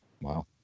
Wow